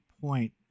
point